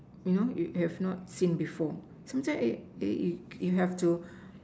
you know you have not seen before sometimes you you you have to